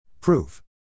Proof